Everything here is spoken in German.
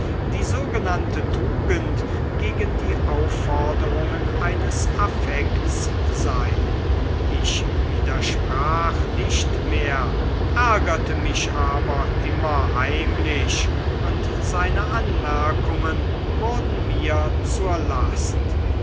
die sogenannte tugend gegen die aufforderungen eines affekts sei ich widersprach nicht mehr ärgerte mich aber immer heimlich und seine anmerkungen wurden mir zur last